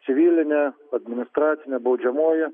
civilinė administracinė baudžiamoji